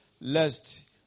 lest